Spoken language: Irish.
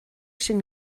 sin